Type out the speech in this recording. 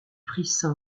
prix